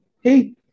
hey